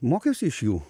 mokiausi iš jų